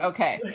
Okay